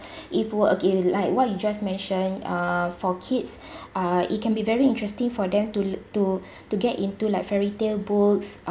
if we okay like what you just mentioned uh for kids uh it can be very interesting for them to l~ to to get into like fairy tale books